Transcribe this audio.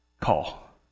call